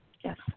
Yes